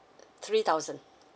uh three thousand